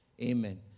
Amen